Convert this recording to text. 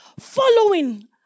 following